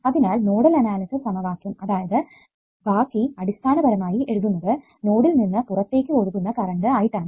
അതിനാൽ nodal analysis സമവാക്യം അതായത് ബാക്കി അടിസ്ഥാനപരമായി എഴുതുന്നത് നോഡിൽ നിന്ന് പുറത്തേക്ക് ഒഴുകുന്ന കറണ്ട് ആയിട്ടാണ്